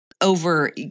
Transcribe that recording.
over—